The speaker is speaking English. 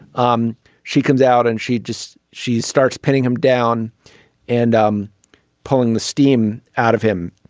um she comes out and she just she starts pinning him down and um pulling the steam out of him.